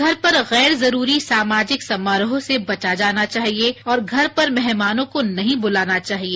घर पर गैर जरूरी सामाजिक समारोह से बचा जाना चाहिए और घर पर मेहमानों को नहीं बुलाना चाहिए